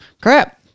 crap